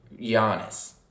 Giannis